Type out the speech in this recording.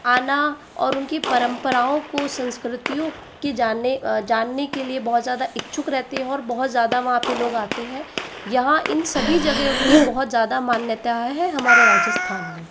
आना और उनकी परम्पराओं को संस्कृतिओं की जानने जानने के लिए बहुत ज़्यादा इच्छुक रहते हो और बहुत ज़्यादा वहाँ पर लोग आते है यहाँ इन सभी जगहों की बहुत ज़्यादा मान्यता है हमारे राजस्थान में